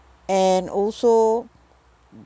and also